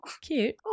Cute